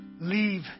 Leave